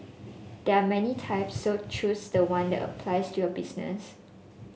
there are many types so choose the one that applies to your business